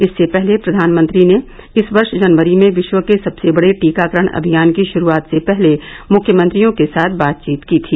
इससे पहले प्रधानमंत्री ने इस वर्ष जनवरी में विश्व के सबसे बड़े टीकाकरण अभियान की शुरूआत से पहले मुख्यमंत्रियों के साथ बातचीत की थी